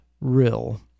real